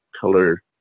color